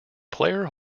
player